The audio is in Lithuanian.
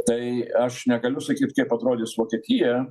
tai aš negaliu sakyt kaip atrodys vokietija